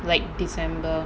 like december